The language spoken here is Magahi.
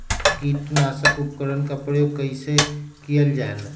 किटनाशक उपकरन का प्रयोग कइसे कियल जाल?